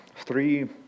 three